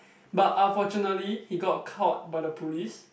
but unfortunately he got caught by the police